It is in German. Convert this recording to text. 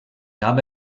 habe